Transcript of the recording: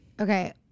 okay